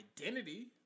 identity